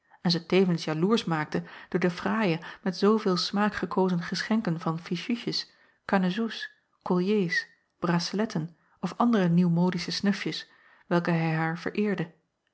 en ze tevens jaloersch maakte door de fraaie met zooveel smaak gekozen geschenken van fichutjes canezous colliers braceletten of andere nieuwmodische snufjes welke hij haar vereerde